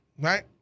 right